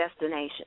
destination